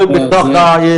הוא טען שהוא מתכלל את זה.